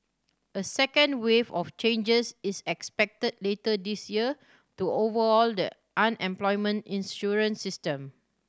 a second wave of changes is expected later this year to overhaul the unemployment insurance system